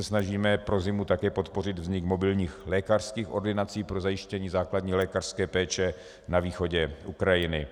Snažíme se pro zimu také podpořit vznik mobilních lékařských ordinací pro zajištění základní lékařské péče na východě Ukrajiny.